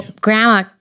grandma